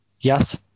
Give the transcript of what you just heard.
Yes